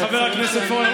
חבר הכנסת פורר,